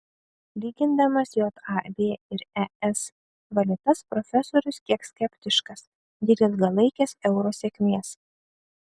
lygindamas jav ir es valiutas profesorius kiek skeptiškas dėl ilgalaikės euro sėkmės